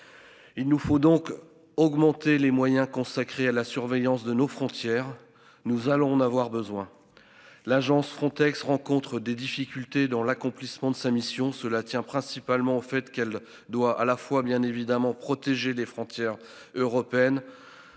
Il nous faut donc augmenter les moyens consacrés à la surveillance de nos frontières. Nous allons en avoir besoin. L'agence Frontex rencontrent des difficultés dans l'accomplissement de sa mission. Cela tient principalement au fait qu'elle doit à la fois bien évidemment protéger les frontières européennes.